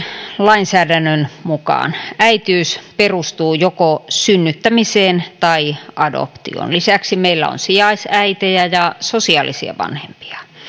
lainsäädännön mukaan äitiys perustuu joko synnyttämiseen tai adoptioon lisäksi meillä on sijaisäitejä ja sosiaalisia vanhempia